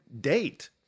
date